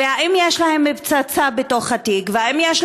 ואם יש להן פצצה בתוך התיק,